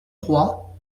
trois